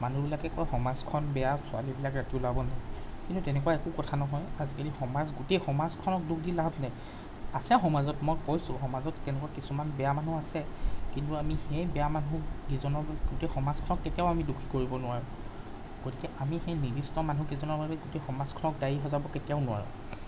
মানুহবিলাকে কয় সমাজখন বেয়া ছোৱালীবিলাকে ৰাতি ওলাব নালাগে কিন্তু তেনেকুৱা একো কথা নহয় আজিকালি সমাজ গোটেই সমাজখনক দোষ দি লাভ নাই আছে সমাজত মই কৈছোঁ সমাজত তেনেকুৱা কিছুমান বেয়া মানুহো আছে কিন্তু আমি সেই বেয়া মানুহকেইজনলৈ গোটেই সমাজখনক কেতিয়াও আমি দোষী কৰিব নোৱাৰোঁ গতিকে আমি সেই নিৰ্দিষ্ট মানুহ কেইজনৰ বাবে গোটেই সমাজখনক দায়ী সজাব কেতিয়াও নোৱাৰোঁ